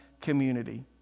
community